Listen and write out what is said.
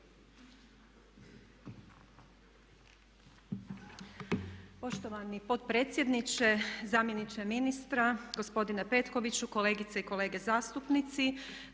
Poštovani potpredsjedniče, zamjeniče ministra, gospodine Petkoviću, kolegice i kolege zastupnici.